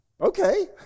okay